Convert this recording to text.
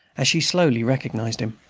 as she slowly recognized him.